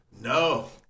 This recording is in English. No